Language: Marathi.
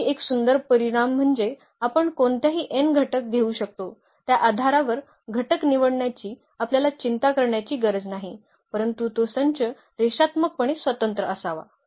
आणखी एक सुंदर परिणाम म्हणजे आपण कोणत्याही n घटक घेऊ शकतो त्या आधारावर घटक निवडण्याची आपल्याला चिंता करण्याची गरज नाही परंतु तो संच रेषात्मकपणे स्वतंत्र असावा